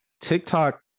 TikTok